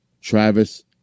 Travis